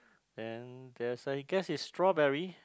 and there's I guess is strawberry